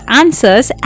answers